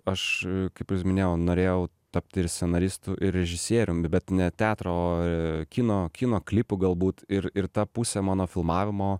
aš kaip minėjau norėjau tapti ir scenaristu ir režisieriumi bet ne teatro o kino kino klipų galbūt ir ir ta pusė mano filmavimo